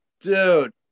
dude